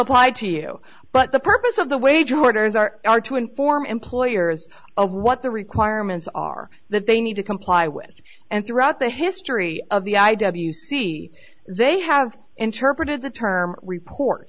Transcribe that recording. applied to you but the purpose of the wage orders are are to inform employers of what the requirements are that they need to comply with and throughout the history of the i w c they have interpreted the term report